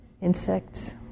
insects